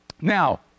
now